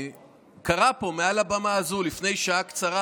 שקרא פה מעל הבמה הזו לפני שעה קצרה,